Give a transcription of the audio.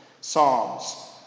psalms